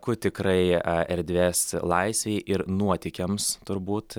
kur tikrai erdvės laisvei ir nuotykiams turbūt